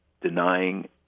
denying